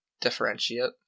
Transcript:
differentiate